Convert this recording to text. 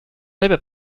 labour